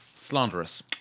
Slanderous